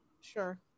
sure